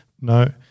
no